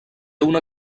una